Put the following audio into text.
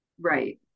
Right